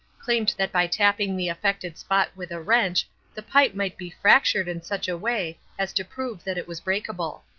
claimed that by tapping the affected spot with a wrench the pipe might be fractured in such a way as to prove that it was breakable.